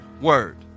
word